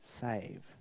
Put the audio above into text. save